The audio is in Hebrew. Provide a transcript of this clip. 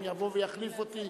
אם יבוא ויחליף אותי,